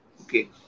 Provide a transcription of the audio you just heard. Okay